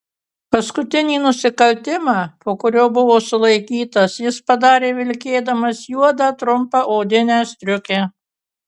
paskutinį nusikaltimą po kurio buvo sulaikytas jis padarė vilkėdamas juodą trumpą odinę striukę